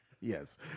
Yes